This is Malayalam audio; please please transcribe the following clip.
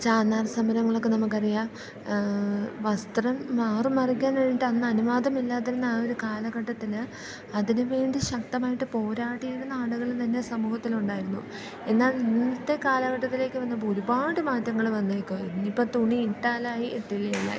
ചാന്നാർ സമരങ്ങളൊക്കെ നമുക്കറിയാം വസ്ത്രം മാറു മറയ്ക്കാൻ വേണ്ടിയിട്ട് അന്ന് അനുവാദമില്ലാതിരുന്ന ആ ഒരു കാലഘട്ടത്തിൽ അതിനുവേണ്ടി ശക്തമായിട്ട് പോരാടിയിരുന്ന ആളുകൾ തന്നെ സമൂഹത്തിലുണ്ടായിരുന്നു എന്നാൽ ഇന്നത്തെ കാലഘട്ടത്തിലേക്ക് വന്നപ്പോൾ ഒരുപാട് മാറ്റങ്ങൾ വന്നേക്കാം ഇന്നിപ്പോൾ തുണി ഇട്ടാലായി ഇട്ടില്ലെങ്കിൽ ആയി